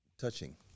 touching